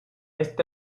este